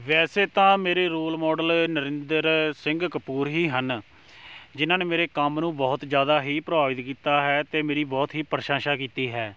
ਵੈਸੇ ਤਾਂ ਮੇਰੇ ਰੋਲ ਮੌਡਲ ਨਰਿੰਦਰ ਸਿੰਘ ਕਪੂਰ ਹੀ ਹਨ ਜਿਹਨਾਂ ਨੇ ਮੇਰੇ ਕੰਮ ਨੂੰ ਬਹੁਤ ਜ਼ਿਆਦਾ ਹੀ ਪ੍ਰਭਾਵਿਤ ਕੀਤਾ ਹੈ ਅਤੇ ਮੇਰੀ ਬਹੁਤ ਹੀ ਪ੍ਰਸ਼ੰਸਾ ਕੀਤੀ ਹੈ